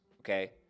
okay